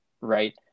Right